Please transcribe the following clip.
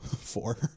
Four